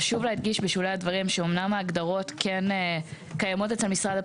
חשוב להדגיש בשולי הדברים שאמנם ההגדרות כן קיימות אצל משרד הפנים,